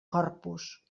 corpus